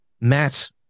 Matt